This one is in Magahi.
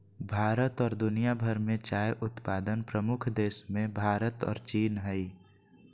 भारत और दुनिया भर में चाय उत्पादन प्रमुख देशों मेंभारत और चीन हइ